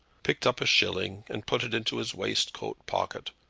picked up a shilling and put it into his waistcoat pocket,